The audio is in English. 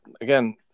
again